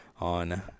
on